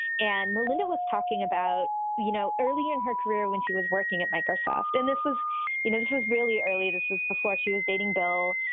and melinda was talking about you know early in her career when she was working at microsoft, and this was you know this was really early. this was before she was dating bill,